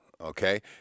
okay